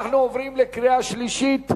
אנחנו עוברים לקריאה השלישית.